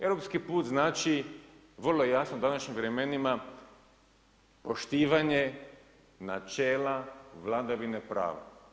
Europski put znači vrlo jasno u današnjim vremenima, poštivanje načela vladavine prava.